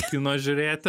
kino žiūrėti